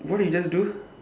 what did you just do